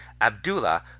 Abdullah